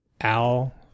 Al